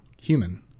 human